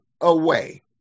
away